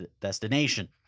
destination